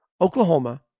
Oklahoma